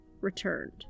returned